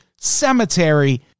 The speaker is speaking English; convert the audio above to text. cemetery